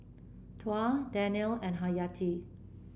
Tuah Daniel and Haryati